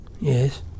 Yes